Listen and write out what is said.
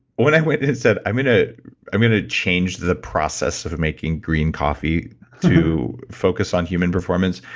when i went and said, i mean ah i'm gonna change the process of making green coffee to focus on human performance,